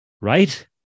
Right